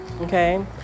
okay